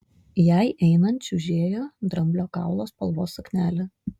jai einant čiužėjo dramblio kaulo spalvos suknelė